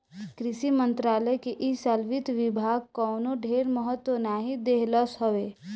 कृषि मंत्रालय के इ साल वित्त विभाग कवनो ढेर महत्व नाइ देहलस हवे